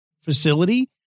facility